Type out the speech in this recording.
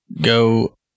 Go